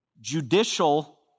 Judicial